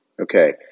Okay